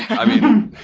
i mean,